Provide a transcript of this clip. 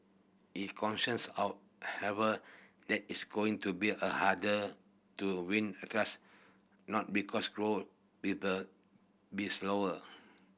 he however that is going to be a harder to win a trust not because grow with a be slower